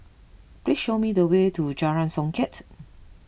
please show me the way to Jalan Songket